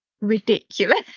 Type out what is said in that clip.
ridiculous